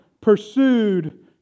pursued